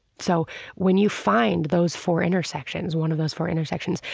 so when you find those four intersections, one of those four intersections,